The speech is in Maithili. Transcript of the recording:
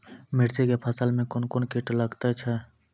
मिर्ची के फसल मे कौन कौन कीट लगते हैं?